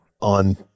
on